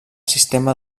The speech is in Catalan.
sistema